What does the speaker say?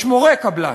יש מורי קבלן,